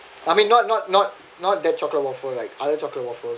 I mean not not not not that chocolate waffle like other chocolate waffle